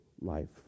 life